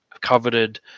coveted